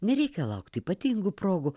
nereikia laukti ypatingų progų